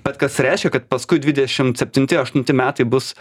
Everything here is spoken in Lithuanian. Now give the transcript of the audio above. bet kas reiškia kad paskui dvidešimt septinti aštunti metai bus